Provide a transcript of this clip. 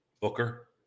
Booker